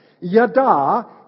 Yada